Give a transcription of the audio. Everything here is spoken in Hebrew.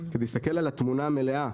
כדי להסתכל על התמונה המלאה,